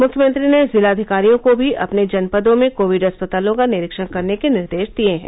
मुख्यमंत्री ने जिलाधिकारियों को भी अपने जनपदों में कोविड अस्पतालों का निरीक्षण करने के निर्देश दिए हैं